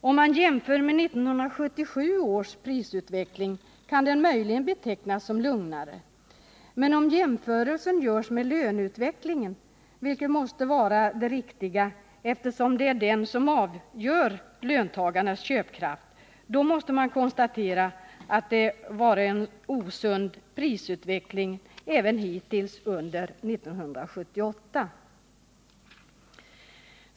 Om man jämför med 1977 års prisutveckling, kan 1978 års möjligen betecknas som lugnare. Men om jämförelsen görs med löneutvecklingen, vilket måste vara det riktiga, eftersom den är avgörande för löntagarnas köpkraft, måste man konstatera.att det varit en osund prisutveckling även hittills under 1978.